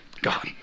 God